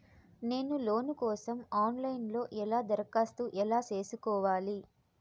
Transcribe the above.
నేను లోను కోసం online లో ఎలా దరఖాస్తు ఎలా సేసుకోవాలి?